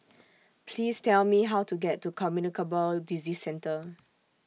Please Tell Me How to get to Communicable Disease Centre